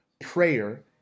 Prayer